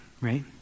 right